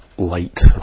light